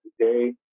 today